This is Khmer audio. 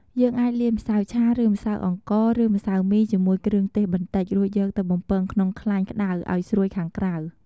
យើងអាចលាយម្សៅឆា ឬ ម្សៅអង្ករ ឬ ម្សៅមីជាមួយគ្រឿងទេសបន្តិច រួចយកទៅបំពងក្នុងខ្លាញ់ក្តៅឱ្យស្រួយខាងក្រៅ។